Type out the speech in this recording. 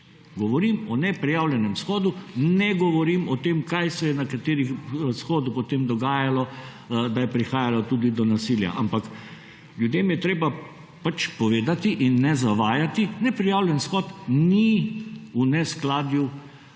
Govorim o neprijavljenem shodu, ne govorim o tem, kaj se je na katerem shodu potem dogajalo, da je prihajalo tudi do nasilja. Ampak ljudem je treba pač povedati in ne zavajati. Neprijavljen shod ni v neskladju s